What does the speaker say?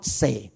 say